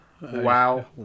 Wow